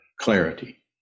clarity